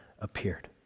appeared